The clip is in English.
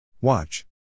Watch